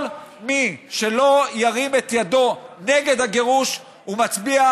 כל מי שלא ירים את ידו נגד הגירוש מצביע